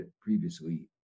previously